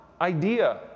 idea